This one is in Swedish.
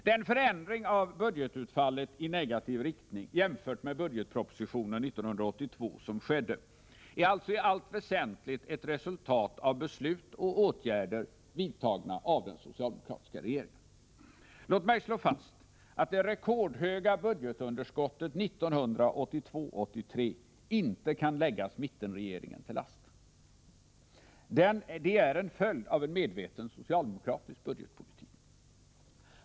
Den förändring av budgetutfallet i negativ riktning jämfört med budgetpropositionen 1982 som skedde är alltså i allt väsentligt ett resultat av beslut och åtgärder vidtagna av den socialdemokratiska regeringen. Låt mig slå fast att det rekordhöga budgetunderskottet 1982/83 inte kan läggas mittenregeringen till last. Det är en följd av en medveten socialdemokratisk budgetpolitik.